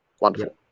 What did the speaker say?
wonderful